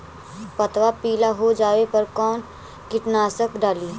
पतबा पिला हो जाबे पर कौन कीटनाशक डाली?